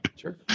Sure